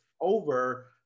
over